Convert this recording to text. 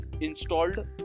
installed